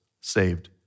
saved